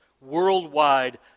worldwide